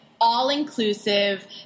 all-inclusive